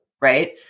right